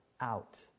out